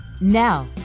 Now